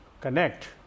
connect